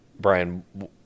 Brian